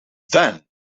then